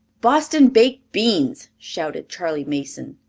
boston baked beans! shouted charley mason.